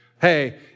Hey